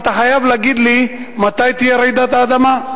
אתה חייב להגיד לי מתי תהיה רעידת האדמה.